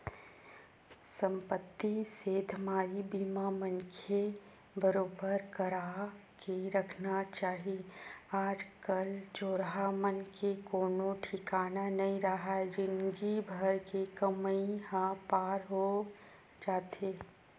संपत्ति सेंधमारी बीमा मनखे बरोबर करा के रखना चाही आज कल चोरहा मन के कोनो ठिकाना नइ राहय जिनगी भर के कमई ह पार हो जाथे